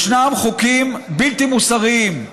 ישנם חוקים בלתי מוסריים.